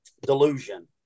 delusion